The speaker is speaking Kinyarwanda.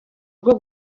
rwo